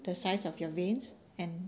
the size of your veins and